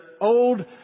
old